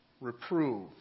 reprove